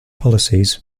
policies